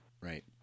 Right